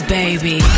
baby